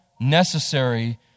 necessary